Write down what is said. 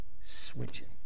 switching